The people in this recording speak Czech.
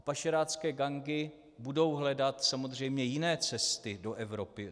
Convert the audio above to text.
Pašerácké gangy budou hledat samozřejmě jiné cesty do Evropy.